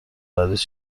بعدش